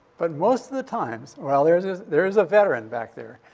but most of the times, well, there is is there is a veteran back there.